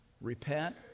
repent